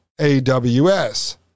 AWS